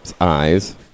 eyes